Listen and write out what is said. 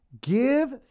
give